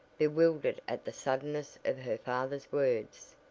bewildered at the suddenness of her father's words.